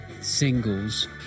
singles